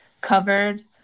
covered